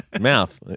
mouth